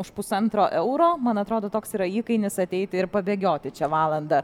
už pusantro euro man atrodo toks yra įkainis ateiti ir pabėgioti čia valandą